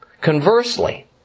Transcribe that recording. conversely